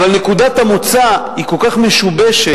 אבל נקודת המוצא היא כל כך משובשת,